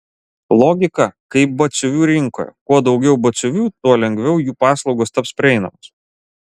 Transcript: logika kaip batsiuvių rinkoje kuo daugiau batsiuvių tuo lengviau jų paslaugos taps prieinamos